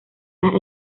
las